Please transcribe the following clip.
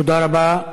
תודה רבה.